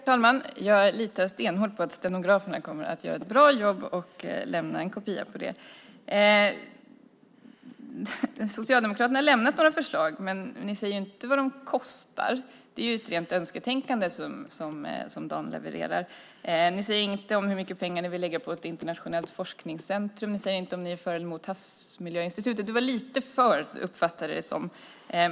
Herr talman! Jag litar stenhårt på att stenograferna kommer att göra ett bra jobb så att jag kan läsa om detta. Socialdemokraterna har lämnat några förslag. Men ni säger inte vad de kostar. Det är ett rent önsketänkande som Dan Nilsson levererar. Ni säger ingenting om hur mycket pengar som ni vill lägga på ett internationellt forskningscentrum. Ni säger inte om ni är för eller emot Havsmiljöinstitutet. Jag uppfattade dig som att du var lite för det.